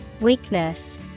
Weakness